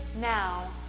now